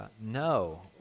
no